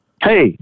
Hey